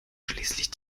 schließlich